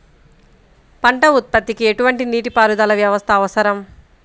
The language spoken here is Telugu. పంట ఉత్పత్తికి ఎటువంటి నీటిపారుదల వ్యవస్థ అవసరం?